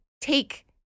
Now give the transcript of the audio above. take